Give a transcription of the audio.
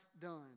done